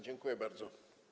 Dziękuję bardzo.